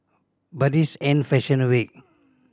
but this ain't fashion week